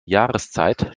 jahreszeit